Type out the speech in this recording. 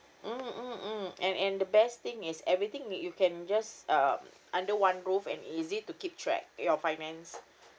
mm mm mm and and the best thing is everything that you can just um under one roof and easy to keep track your finance